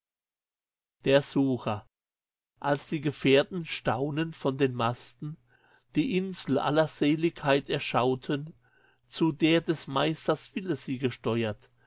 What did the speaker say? als die gefährten staunend von den masten die insel aller seligkeit erschauten zu der des meisters wille sie gesteuert